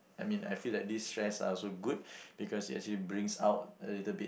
I mean I feel that this stress are also good because it actually brings out a little bit